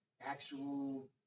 actual